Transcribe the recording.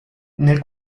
nel